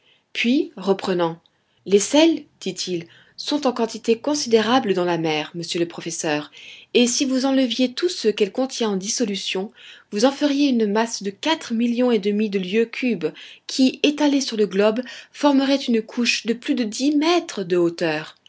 puis reprenant les sels dit-il sont en quantité considérable dans la mer monsieur le professeur et si vous enleviez tous ceux qu'elle contient en dissolution vous en feriez une masse de quatre millions et demi de lieues cubes qui étalée sur le globe formerait une couche de plus de dix mètres de hauteur